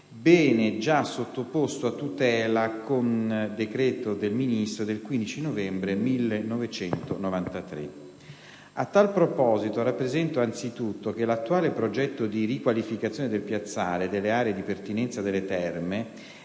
bene già sottoposto a tutela con decreto del Ministro del 15 novembre 1993. A tale proposito rappresento anzitutto che l'attuale progetto di riqualificazione del piazzale e delle aree di pertinenze delle terme